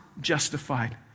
justified